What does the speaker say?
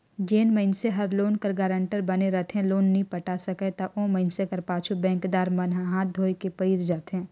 जेन मइनसे हर लोन कर गारंटर बने रहथे लोन नी पटा सकय ता ओ मइनसे कर पाछू बेंकदार मन हांथ धोए के पइर जाथें